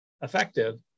effective